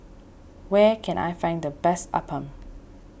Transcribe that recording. where can I find the best Appam